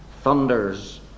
thunders